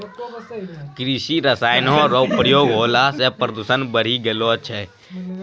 कृषि रसायन रो प्रयोग होला से प्रदूषण बढ़ी गेलो छै